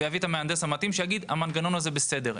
ולהביא את המהנדס שיגיד שהמנגנון הזה בסדר.